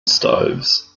stoves